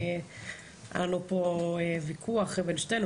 היה לנו כאן ויכוח בין שתינו,